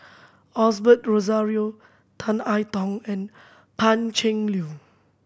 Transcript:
Osbert Rozario Tan I Tong and Pan Cheng Lui